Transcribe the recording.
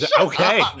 Okay